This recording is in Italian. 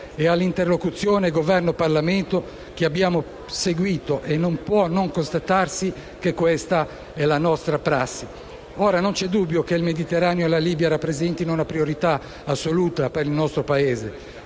e all'interlocuzione tra Governo e Parlamento che abbiamo seguito, e non può non constatarsi che questa è la nostra prassi. Ora, non c'è dubbio che il Mediterraneo e la Libia rappresentino una priorità assoluta per il nostro Paese.